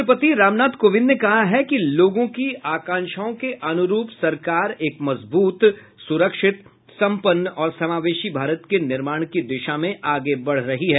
राष्ट्रपति रामनाथ कोविंद ने कहा है कि लोगों की आकांक्षाओं के अनूरूप सरकार एक मजबूत सु्रक्षित संपन्न और समावेशी भारत के निर्माण की दिशा में आगे बढ़ रही है